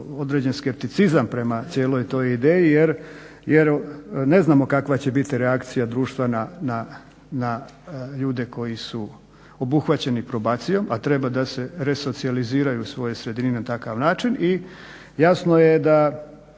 određen skepticizam prema cijeloj toj ideji jer ne znamo kakva će biti reakcija društva na ljude koji su obuhvaćeni probacijom, a treba da se resocijaliziraju u svojoj sredini na takav način. I jasno je da